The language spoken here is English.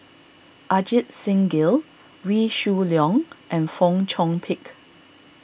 Ajit Singh Gill Wee Shoo Leong and Fong Chong Pik